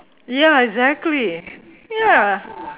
ya exactly ya